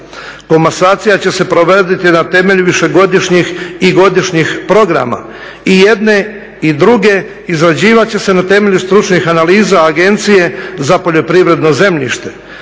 Komasacija će se provoditi na temelju višegodišnjih i godišnjih programa. I jedne i druge izrađivat će se na temelju stručnih analiza Agencije za poljoprivredno zemljište